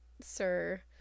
Sir